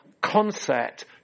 concept